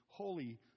Holy